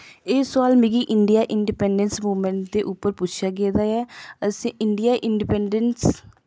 एह् सोआल मिगी इंडिया इंडिपैंडैंस मूवमैंट दे उप्पर पुच्छेआ गेदा ऐ असें इंडिया इंडिपैंडेंस